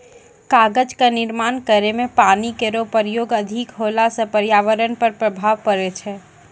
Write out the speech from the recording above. कागज क निर्माण करै म पानी केरो प्रयोग अधिक होला सँ पर्यावरण पर प्रभाव पड़ै छै